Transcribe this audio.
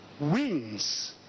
wins